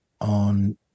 on